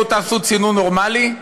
תעשו צינון נורמלי?